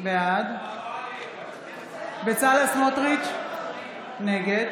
בעד בצלאל סמוטריץ' נגד